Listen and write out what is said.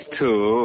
two